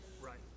Right